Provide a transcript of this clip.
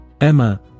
Emma